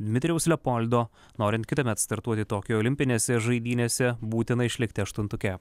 dmitrijaus lepoldo norint kitąmet startuoti tokijo olimpinėse žaidynėse būtina išlikti aštuntuke